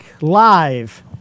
Live